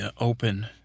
open